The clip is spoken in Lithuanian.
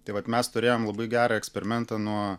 tai vat mes turėjom labai gerą eksperimentą nuo